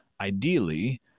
ideally